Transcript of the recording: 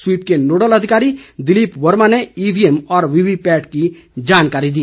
SVEEP के nodal अधिकारी दिलीप वर्मा ने ईवीएम और वीवीपैट की जानकारी दी